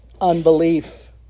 unbelief